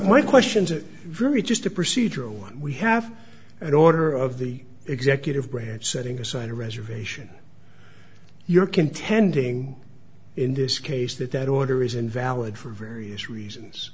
my questions are very just a procedural one we have an order of the executive branch setting aside a reservation you're contending in this case that that order is invalid for various reasons